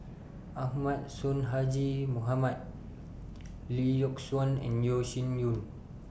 Ahmad Sonhadji Mohamad Lee Yock Suan and Yeo Shih Yun